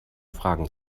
fragen